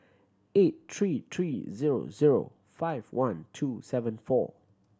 eight three three zero zero five one two seven four